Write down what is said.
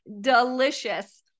delicious